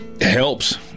helps